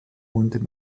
und